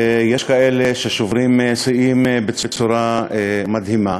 יש כאלה ששוברים שיאים בצורה מדהימה.